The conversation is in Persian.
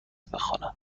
بخوانم